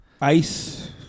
Ice